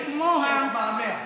פניתי לשר אלקין בנושא הזה, שהתמהמה.